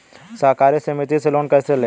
सहकारी समिति से लोन कैसे लें?